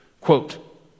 Quote